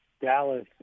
Dallas